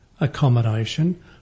accommodation